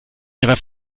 ihrer